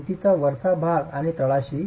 भिंतीचा वरचा भाग आणि तळाशी